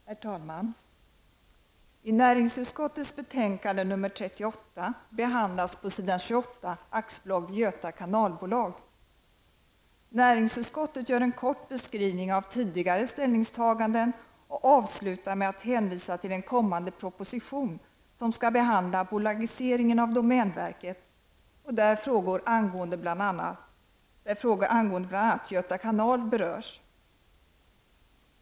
Herr talman! I näringsutskottets betänkande nr 38 Näringsutskottet gör en kort beskrivning av tidigare ställningstaganden och avslutar med att hänvisa till den kommande proposition som skall behandla bolagiseringen av domänverket och där frågor angående bl.a. Göta kanal berörs.